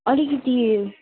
अलिकति